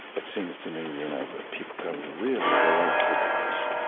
it seems to me you know people can really relate to those.